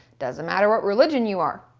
doesn't matter what religion you are.